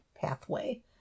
pathway